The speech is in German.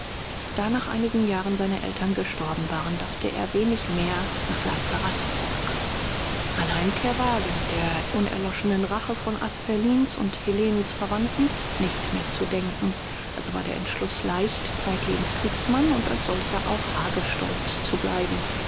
da nach einigen jahren seine eltern gestorben waren dachte er wenig mehr nach la sarraz zurück an heimkehr war wegen der unerloschenen rache von asperlins und helenens verwandten nicht mehr zu denken also war der entschluß leicht zeitlebens kriegsmann und als solcher auch hagestolz zu bleiben